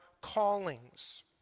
callings